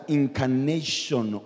incarnation